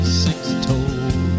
six-toed